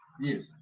Yes